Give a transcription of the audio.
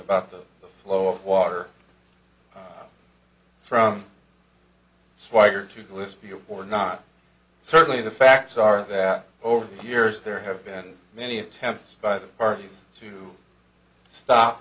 about the flow of water from swaggart to de list view or not certainly the facts are that over the years there have been many attempts by the parties to stop